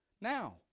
Now